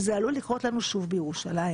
וזה עלול לקרות לנו שוב בירושלים,